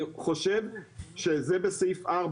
אני מתכבד לפתוח את הדיון הזה,